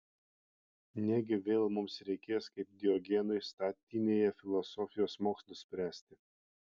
negi vėl mums reikės kaip diogenui statinėje filosofijos mokslus spręsti